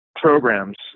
programs